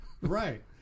Right